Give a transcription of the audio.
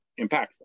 impactful